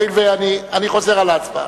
בהחלט, אני חוזר על ההצבעה.